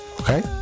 Okay